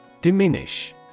Diminish